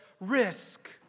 risk